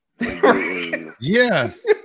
Yes